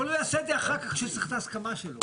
אבל, הוא יעשה את זה אחר כך כשצריך את ההסכמה שלו.